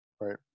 Right